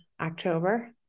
October